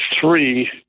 three